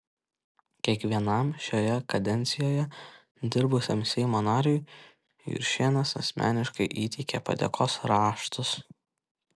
kiekvienam šioje kadencijoje dirbusiam seimo nariui juršėnas asmeniškai įteikė padėkos raštus